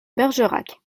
bergerac